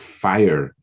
fire